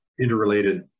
interrelated